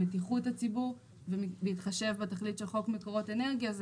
בטיחות הציבור ובהתחשב בתכלית של חוק מקורות אנרגיה זה